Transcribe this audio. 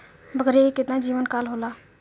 बकरी के केतना जीवन काल होला?